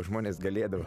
žmonės galėdavo